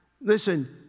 listen